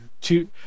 two